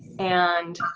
and